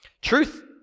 Truth